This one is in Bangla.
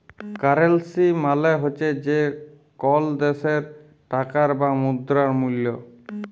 কারেল্সি মালে হছে যে কল দ্যাশের টাকার বা মুদ্রার মূল্য